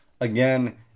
Again